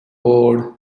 bored